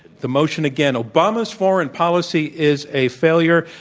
the motion, again, obama's foreign policy is a failure.